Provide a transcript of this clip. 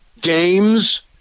games